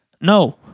no